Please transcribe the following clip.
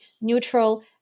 neutral